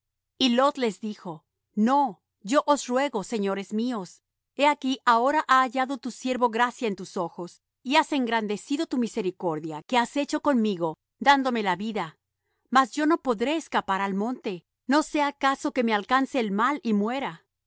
y lot les dijo no yo os ruego señores míos he aquí ahora ha hallado tu siervo gracia en tus ojos y has engrandecido tu misericordia que has hecho conmigo dándome la vida mas yo no podré escapar al monte no sea caso que me alcance el mal y muera